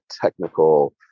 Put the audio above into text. technical